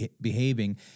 behaving